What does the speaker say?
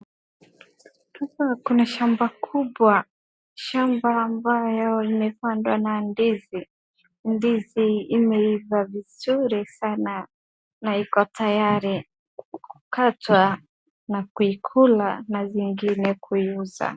Kuna shamba kubwa, shamba ambayo limepandwa na ndizi. Ndizi imeiva vizuri sana na iko tayari kukatwa na kuikula na zingine kuiuza.